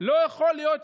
הלוואות,